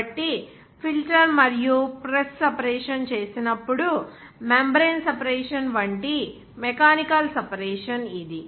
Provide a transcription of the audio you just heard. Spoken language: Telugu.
కాబట్టి ఫిల్టర్ మరియు ప్రెస్ సెపరేషన్ చేసినప్పుడు మెంబ్రేన్ సెపరేషన్ వంటి మెకానికల్ సెపరేషన్ఇది